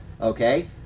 okay